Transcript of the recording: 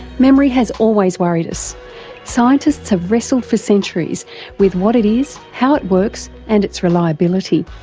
memory has always worried us scientists have wrestled for centuries with what it is, how it works and its reliability.